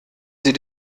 sie